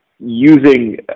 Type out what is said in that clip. Using